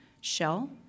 Shell